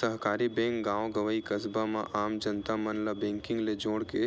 सहकारी बेंक गॉव गंवई, कस्बा म आम जनता मन ल बेंकिग ले जोड़ के